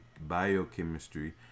biochemistry